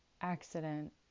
accident